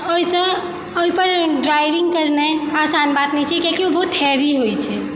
ओहिसँ ओहि पर ड्राइविंग करेनाइ आसान बात नहि छै किआकि ओ बहुत हेवी होइत छै